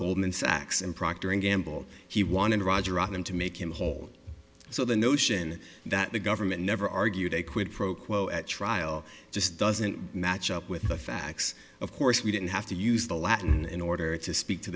goldman sachs and proctor and gamble he wanted rajaratnam to make him whole so the notion that the government never argued a quid pro quo at trial just doesn't match up with the facts of course we didn't have to use the latin in order to speak to